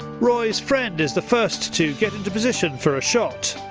roy's friend is the first to get into position for a shot.